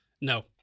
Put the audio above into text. no